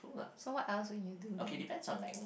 so what else would you do then